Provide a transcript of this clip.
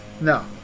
No